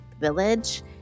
village